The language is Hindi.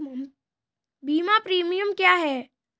बीमा प्रीमियम क्या है?